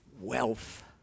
wealth